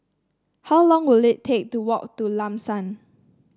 how long will it take to walk to Lam San